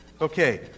Okay